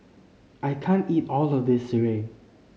I can't eat all of this Sireh